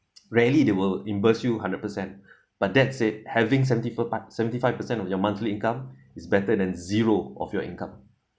rarely they will in burst you hundred percent but that's it having seventy fi~ seventy five percent of your monthly income is better than zero of your income